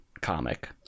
comic